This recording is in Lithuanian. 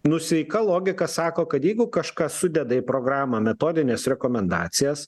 nu sveika logika sako kad jeigu kažkas sudeda į programą metodines rekomendacijas